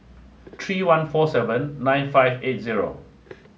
three one four seven nine five eight zero